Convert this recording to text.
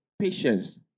patience